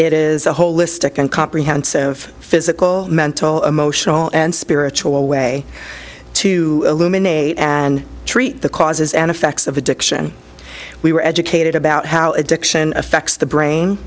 it is a holistic and comprehensive physical mental emotional and spiritual way to eliminate and treat the causes and effects of addiction we were educated about how addiction affects the brain